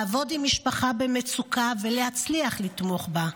לעבוד עם משפחה במצוקה ולהצליח לתמוך בה.